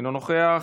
אינה נוכחת,